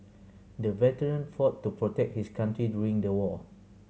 the veteran fought to protect his country during the war